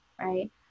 right